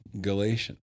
Galatians